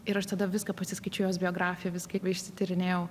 ir aš tada viską pasiskaičiau jos biografiją viską išsityrinėjau